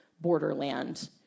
borderland